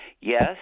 yes